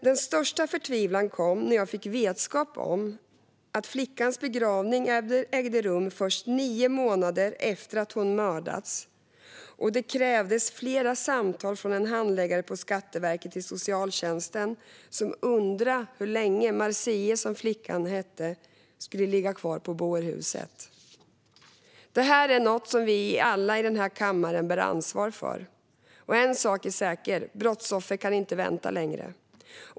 Den största förtvivlan kom dock när jag fick vetskap om att flickans begravning ägde rum först nio månader efter att hon mördats och att det krävdes flera samtal från en handläggare på Skatteverket till socialtjänsten som undrade hur länge Marzieh, som flickan hette, skulle ligga kvar på bårhuset. Det här är någonting som alla vi i denna kammare bär ansvar för, och en sak är säker: Brottsoffer kan inte vänta längre.